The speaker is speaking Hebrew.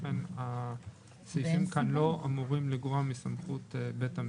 לכן הסעיפים כאן לא אמורים לגרוע מסמכות בית המשפט,